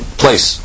place